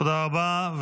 תודה רבה.